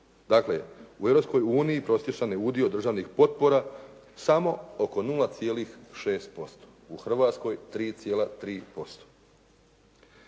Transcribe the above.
uniji prosječan je udio državnih potpora samo oko 0,6% u Hrvatskoj 3,3%.